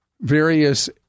various